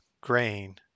grain